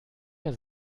der